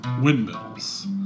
windmills